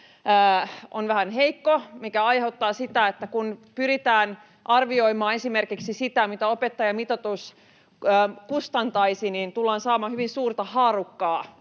on vähän heikko, mikä aiheuttaa sen, että kun pyritään arvioimaan esimerkiksi sitä, mitä opettajamitoitus kustantaisi, niin tullaan saamaan hyvin suurta haarukkaa.